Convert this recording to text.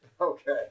Okay